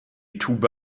tube